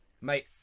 Mate